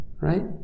right